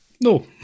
no